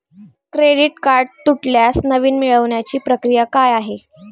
Credit card तुटल्यास नवीन मिळवण्याची प्रक्रिया काय आहे?